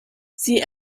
sie